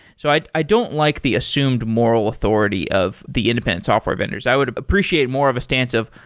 so, i i don't like the assumed moral authority of the independent software vendors. i would appreciate more of a stance of,